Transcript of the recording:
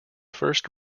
first